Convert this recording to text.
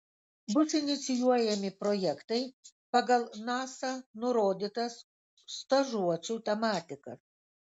bus inicijuojami projektai pagal nasa nurodytas stažuočių tematikas